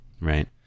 Right